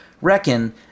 reckon